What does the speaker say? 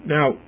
Now